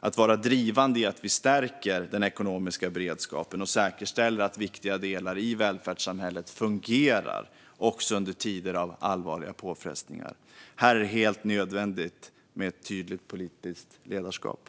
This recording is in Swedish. att vara drivande i att stärka den ekonomiska beredskapen och säkerställa att viktiga delar i välfärdssamhället fungerar också under tider av allvarliga påfrestningar. Här är det helt nödvändigt med ett tydligt politiskt ledarskap.